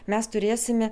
mes turėsime